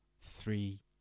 three